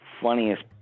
funniest